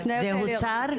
זה הוסר?